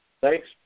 Thanks